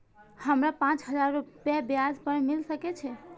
हमरा पाँच हजार रुपया ब्याज पर मिल सके छे?